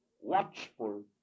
watchful